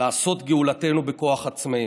לעשות גאולתנו בכוח עצמנו,